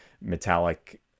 metallic